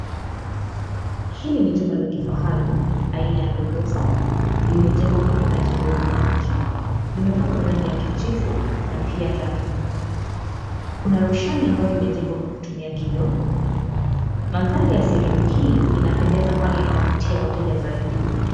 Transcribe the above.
Hili ni jumba la kifahari aina ya gorofa, limejengwa kwa minajili ya upangaji, limepakwa rangi ya kijivu na pia rangi nyeupe, kuna roshani ambayo imejengwa kwa kutumia kioo. Mandhari ya sehemu hii inapendeza kwani inawavutia wateja zaidi.